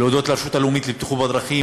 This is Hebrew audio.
כבוד השר, תודה רבה.